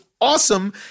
awesome